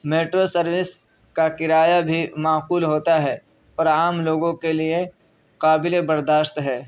metro service کا کرایہ بھی معقول ہوتا ہے اور عام لوگوں کے لیے قابل برداشت ہے